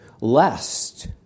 lest